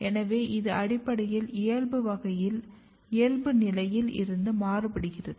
எனவே இது அடிப்படையில் இயல்பு நிலையில் இருந்து மாறுப்படுகிறது